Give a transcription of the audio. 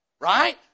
Right